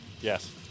yes